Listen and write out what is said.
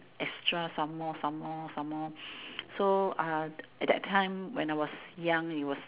extra some more some more some more so uh at that time when I was young it was